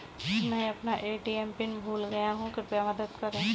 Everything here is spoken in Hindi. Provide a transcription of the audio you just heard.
मैं अपना ए.टी.एम पिन भूल गया हूँ, कृपया मदद करें